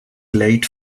late